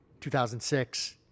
2006